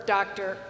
Doctor